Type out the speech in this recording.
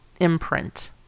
imprint